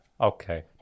Okay